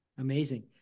amazing